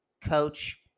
coach